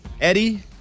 Eddie